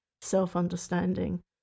self-understanding